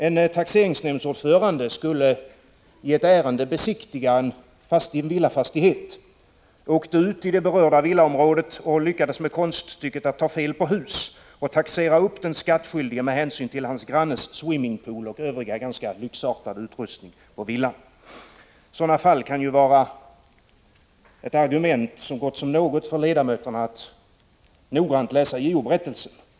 En taxeringsnämndsordförande skulle i ett ärende besiktiga en villafastighet, åkte ut till det berörda villaområdet och lyckades med konststycket att ta fel på hus och taxera upp den skattskyldige med hänsyn till hans grannes swimmingpool och övriga ganska lyxartade utrustning på villan. Ett sådant fall kan ju vara ett argument så gott som något för ledamöterna att noggrant läsa JO-berättelsen.